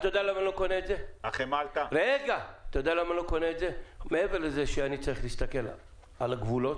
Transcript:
מעבר לזה שאני צריך להסתכל על הגבולות,